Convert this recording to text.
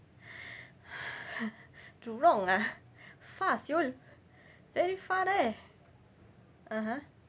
jurong ah far [siol] very far leh (uh huh)